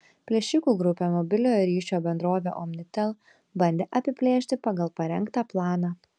plėšikų grupė mobiliojo ryšio bendrovę omnitel bandė apiplėšti pagal parengtą planą